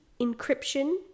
Encryption